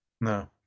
No